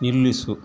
ನಿಲ್ಲಿಸು